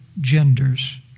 genders